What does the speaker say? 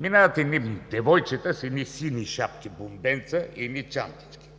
Минават девойчета с едни сини шапки – бомбенца и едни чантички.